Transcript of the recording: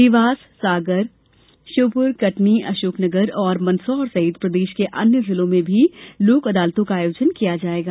देवास सागर श्योपुर कटनी अशोकनगर और मंदसौर सहित प्रदेश के अन्य जिलों में भी लोक अदालत का आयोजन किया जायेगा